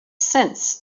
sense